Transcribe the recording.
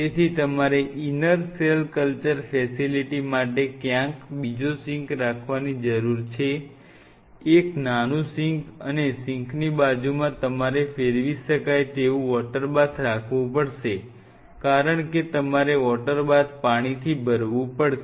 તેથી તમારે inner cell culture facility માટે ક્યાંક બીજો સિંક બનાવવાની જરૂર છે એક નાનું સિંક અને સિંકની બાજુમાં તમારે ફેર વી શકાય તેવું વોટરબાથ રાખ વું પડશે કારણ કે તમારે વોટરબાથ પાણીથી ભરવું પડશે